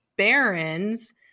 Barons